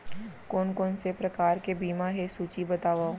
कोन कोन से प्रकार के बीमा हे सूची बतावव?